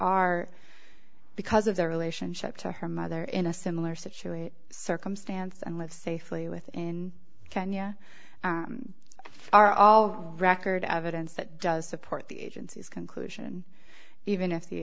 are because of their relationship to her mother in a similar situation circumstance and live safely within kenya are all record evidence that does support the agency's conclusion even if the